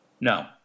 No